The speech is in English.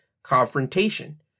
Confrontation